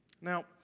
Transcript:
Now